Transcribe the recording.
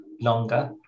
longer